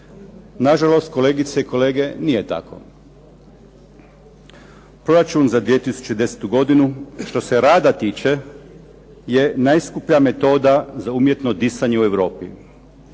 Nažalost, kolegice i kolege, nije tako. Proračun za 2010. godinu, što se rada tiče, je najskuplja metoda za umjetno disanje u Europi.